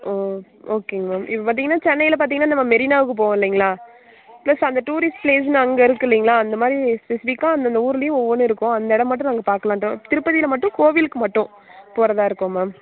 ஓகேங்க மேம் இப்போ பார்த்திங்கன்னா சென்னையில் பார்த்திங்கன்னா நம்ம மெரினாவுக்கு போவோம் இல்லைங்களா பிளஸ் அந்த டூரிஸ்ட் பிளேஸ்னு அங்கே இருக்குது இல்லைங்களா அந்த மாதிரி ஸ்பெசிஃபிக்கா அந்த அந்த ஊர்லேயும் ஒவ்வொன்றும் இருக்கும் அந்த இடம் மட்டும் நாங்கள் பார்க்கலாம்னு திருப்பதியில் மட்டும் கோவிலுக்கு மட்டும் போகிறதா இருக்கோம் மேம்